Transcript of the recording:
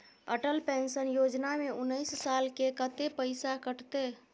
Atal pension योजना में उनैस साल के कत्ते पैसा कटते?